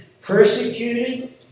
persecuted